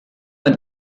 und